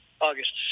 August